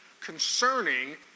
concerning